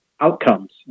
outcomes